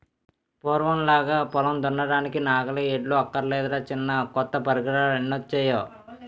పూర్వంలాగా పొలం దున్నడానికి నాగలి, ఎడ్లు అక్కర్లేదురా చిన్నా కొత్త పరికరాలెన్నొచ్చేయో